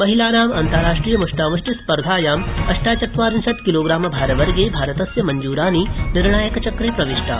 महिलानाम् अन्ताराष्ट्रियमुष्टा मुष्टिस्पर्धायां अष्टाचत्वारिशत् किलोग्रामभारवर्गे भारतस्य मंजूरानी निर्णायकचक्रे प्रविष्टा